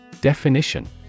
Definition